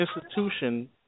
institution